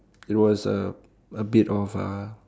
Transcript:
it was uh a bit of uh